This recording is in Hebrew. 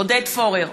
עודד פורר,